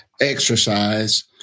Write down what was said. exercise